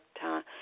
time